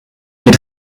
geht